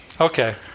Okay